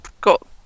got